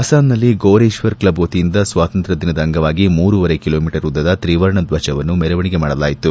ಅಸ್ಲಾಂನಲ್ಲಿ ಗೋರೇಶ್ವರ್ ಕ್ಲಬ್ ವತಿಯಿಂದ ಸ್ವಾತಂತ್ರ್ಯ ದಿನದ ಅಂಗವಾಗಿ ಮೂರುವರೆ ಕಿಲೋಮೀಟರ್ ಉದ್ದದ ತ್ರಿವರ್ಣ ದ್ದಜವನ್ನು ಮೆರವಣಿಗೆ ಮಾಡಲಾಯಿತು